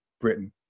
Britain